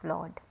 Lord।